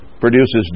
produces